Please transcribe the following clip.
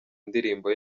ndirimbo